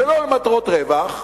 שלא למטרות רווח,